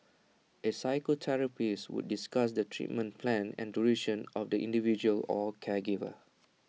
A physiotherapist would discuss the treatment plan and duration of the individual or caregiver